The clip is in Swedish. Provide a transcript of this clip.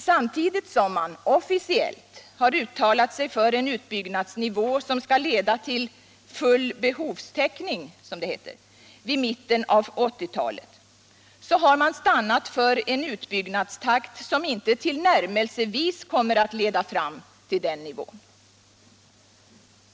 Samtidigt som man officiellt har uttalat sig för en utbyggnadsnivå som skall leda till ”full behovstäckning”, som det heter, vid mitten av 1980-talet har man stannat för en utbyggnadstakt som inte tillnärmelsevis kommer att leda fram till den nivån.